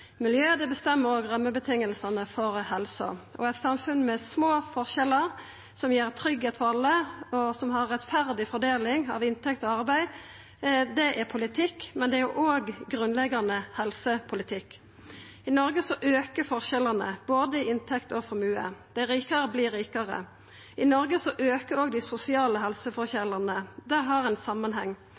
miljø – bestemmer òg rammevilkåra for helsa. Eit samfunn med små forskjellar, som gir tryggleik for alle, og som har rettferdig fordeling av inntekt og arbeid, er politikk, men det er òg grunnleggjande helsepolitikk. I Noreg aukar forskjellane i både inntekt og formue. Dei rikare vert rikare. I Noreg aukar òg dei sosiale helseforskjellane. Det har ein samanheng.